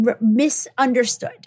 misunderstood